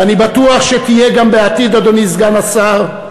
ואני בטוח שתהיה גם בעתיד, אדוני סגן השר,